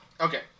Okay